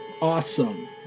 Awesome